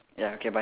ya okay bye